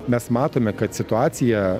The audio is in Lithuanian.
mes matome kad situacija